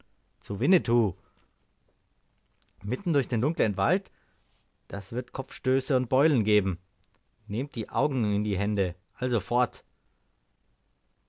zu winnetou mitten durch den dunklen wald das wird kopfstöße und beulen geben nehmt die augen in die hände also fort